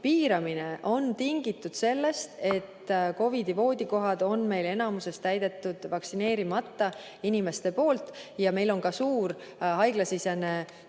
piiramine on tingitud sellest, et COVID‑i voodikohad on meil enamuses täidetud vaktsineerimata inimestega. Ja meil on ka suur haiglasisene